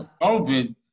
COVID